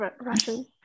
Russian